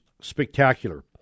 spectacular